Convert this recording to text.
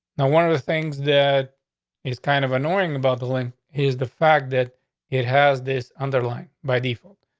now, one of the things that it's kind of annoying about the link. he is the fact that it has this underlying by default.